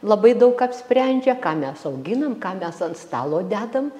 labai daug apsprendžia ką mes auginam ką mes ant stalo dedam